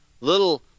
little